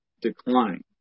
decline